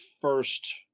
first